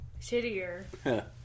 shittier